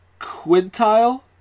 quintile